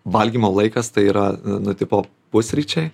valgymo laikas tai yra nu tipo pusryčiai